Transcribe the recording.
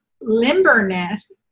limberness